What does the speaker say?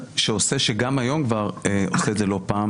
שגם היום כבר עושה את זה לא פעם,